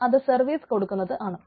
അത് സർവീസ് കൊടുക്കുന്നത് ആണ്